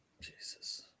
Jesus